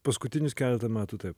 paskutinius keletą metų taip